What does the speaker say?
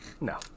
No